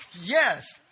Yes